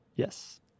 yes